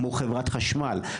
כמו חברת חשמל,